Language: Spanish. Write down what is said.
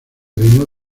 reinó